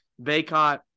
Baycott